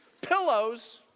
Pillows